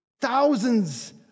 Thousands